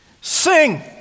Sing